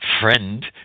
friend